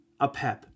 Apep